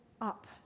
up